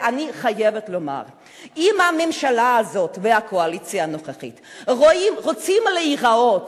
אם הממשלה הזאת והקואליציה הנוכחית רוצות להיראות